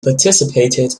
participated